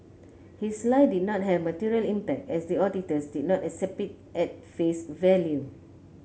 his lie did not have material impact as the auditors did not accept it at face value